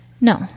No